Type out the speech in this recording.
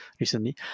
recently